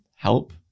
help